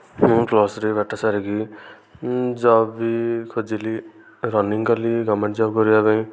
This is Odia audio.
ମୁଁ ପ୍ଲସ୍ ଥ୍ରୀ ପାଠ ସାରିକି ଜବ୍ ବି ଖୋଜିଲି ରନିଂ କଲି ଗଭର୍ଣ୍ଣମେଣ୍ଟ ଜବ୍ କରିବା ପାଇଁ